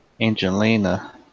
Angelina